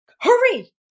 hurry